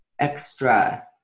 extra